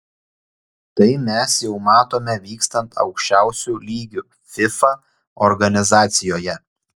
tai mes jau matome vykstant aukščiausiu lygiu fifa organizacijoje